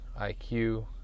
IQ